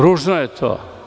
Ružno je to.